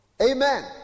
Amen